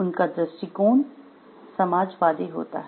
उनका दृष्टिकोण समाजवादी होता है